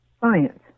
science